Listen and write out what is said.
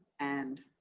and